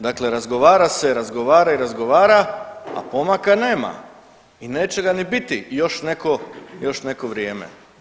Dakle, razgovara se, razgovara i razgovara, a pomaka nema i neće ga ni biti još neko, još neko vrijeme.